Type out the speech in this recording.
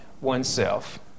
oneself